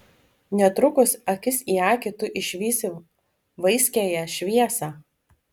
netrukus akis į akį tu išvysi vaiskiąją šviesą